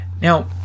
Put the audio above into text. Now